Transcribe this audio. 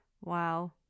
Wow